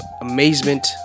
amazement